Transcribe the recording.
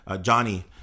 Johnny